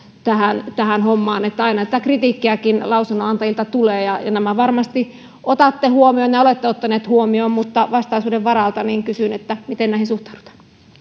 apua tähän hommaan aina tätä kritiikkiäkin lausunnonantajilta tulee ja nämä varmasti otatte huomioon ja olette ottaneet huomioon mutta vastaisuuden varalta kysyn miten näihin suhtaudutaan